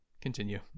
continue